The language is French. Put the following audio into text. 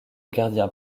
gardien